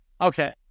Okay